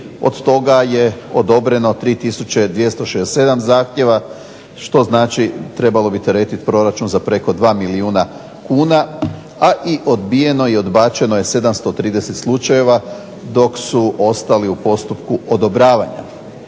Od toga je odobreno 3267 zahtjeva. Što znači trebalo bi teretiti proračun za preko 2 milijuna kuna, a i odbijeno i odbačeno je 730 slučajeva dok su ostali u postupku odobravanja.